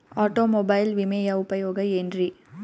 Automobile ವಿಮೆಯ ಉಪಯೋಗ ಏನ್ರೀ?